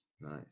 nice